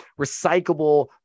recyclable